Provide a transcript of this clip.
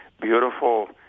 beautiful